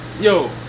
Yo